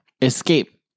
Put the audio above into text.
escape